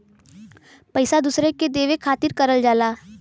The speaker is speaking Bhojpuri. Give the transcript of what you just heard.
पइसा दूसरे के देवे खातिर करल जाला